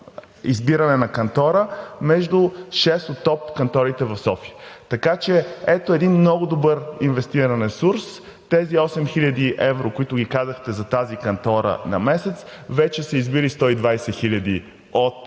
избиране на кантора между шест от топ канторите в София, така че ето един много добре инвестиран ресурс. Тези 8000 евро, които ги казахте, за тази кантора на месец, вече са избити от